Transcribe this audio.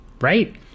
right